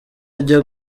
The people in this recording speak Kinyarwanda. ajya